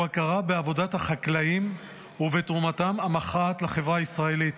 הוא הכרה בעבודת החקלאים ובתרומתם המכרעת לחברה הישראלית.